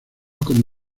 como